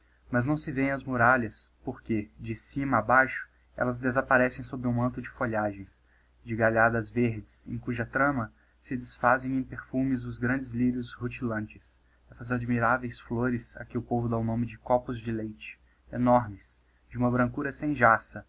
mas não se vêem as muralhas porque de cima á baixo ellas desapparecem sob um manto de folhagens de galhadas verdes em cuja trama se desfazem em perfumes os grandes lyrios rutilantes essas admiráveis flores a que o povo dá o nome de coiws de leite enormes de uma brancura sem jaca